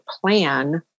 plan